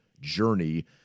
journey